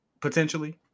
potentially